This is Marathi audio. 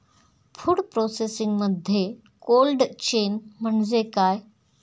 फूड प्रोसेसिंगमध्ये कोल्ड चेन म्हणजे काय?